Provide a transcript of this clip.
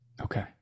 Okay